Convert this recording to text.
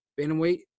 Bantamweight